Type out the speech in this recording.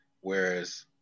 Whereas